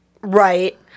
right